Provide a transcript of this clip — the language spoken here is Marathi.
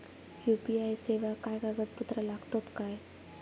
यू.पी.आय सेवाक काय कागदपत्र लागतत काय?